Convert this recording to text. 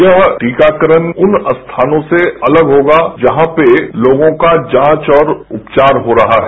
यह टीकाकरण उन स्थानों से अलग होगा जहां पर लोगों की जांच और उपचार हो रहा है